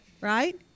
Right